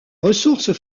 ressources